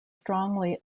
strongly